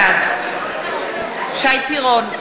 בעד שי פירון,